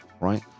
right